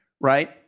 right